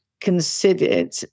considered